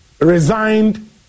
resigned